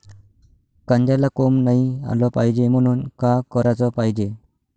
कांद्याला कोंब नाई आलं पायजे म्हनून का कराच पायजे?